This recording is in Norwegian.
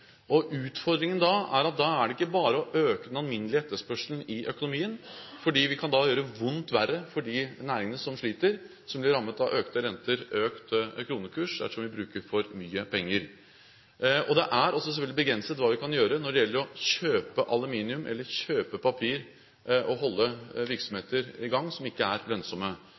Utfordringen er da at det ikke bare er å øke den alminnelige etterspørselen i økonomien, for det kan gjøre det vondt verre for de næringene som sliter, som blir rammet av økte renter, økt kronekurs, dersom vi bruker for mye penger. Det er også selvfølgelig begrenset hva vi kan gjøre ved å kjøpe aluminium eller kjøpe papir og holde virksomheter som ikke er lønnsomme, i gang. Det vi gjør, er